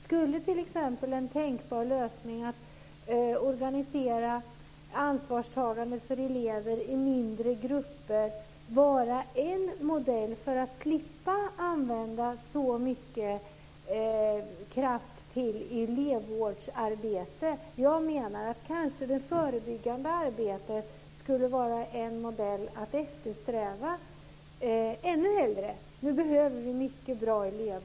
Skulle t.ex. en tänkbar lösning att organisera ansvarstagandet för elever i mindre grupper kunna vara en modell för att man ska slippa använda så mycket kraft till elevvårdsarbete? Jag menar att det förebyggande arbetet kanske skulle vara en modell att eftersträva. Vi behöver mycket bra elevvård nu.